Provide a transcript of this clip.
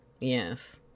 Yes